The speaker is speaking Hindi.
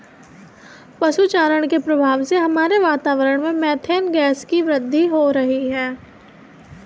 पशु चारण के प्रभाव से हमारे वातावरण में मेथेन गैस की वृद्धि हो रही है